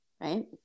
right